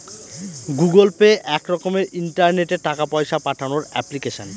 Google Pay এক রকমের ইন্টারনেটে টাকা পয়সা পাঠানোর এপ্লিকেশন